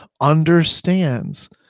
understands